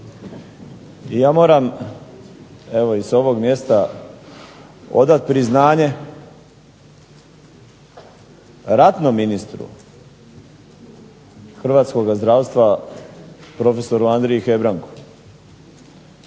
Ja moram evo i s ovog mjesta odati priznanje ratnom ministru hrvatskoga zdravstva prof. Andriji Hebrangu.